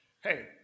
Hey